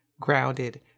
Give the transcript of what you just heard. grounded